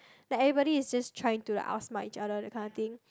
like everybody is just trying to like outsmart each other that kind of thing